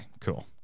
cool